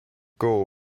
goal